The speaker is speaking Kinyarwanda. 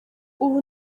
ubu